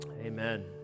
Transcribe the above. Amen